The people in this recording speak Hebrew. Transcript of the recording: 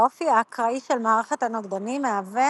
האופי האקראי של מערכת הנוגדנים מהווה